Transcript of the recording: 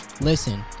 Listen